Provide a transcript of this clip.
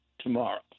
tomorrow